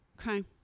okay